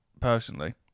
personally